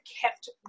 kept